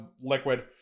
Liquid